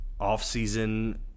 offseason